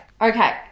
okay